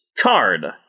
Card